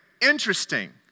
interesting